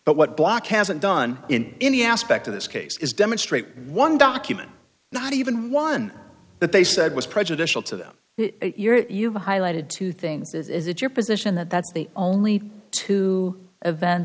but what block hasn't done in any aspect of this case is demonstrate one document not even one that they said was prejudicial to them you highlighted two things is it your position that's the only two event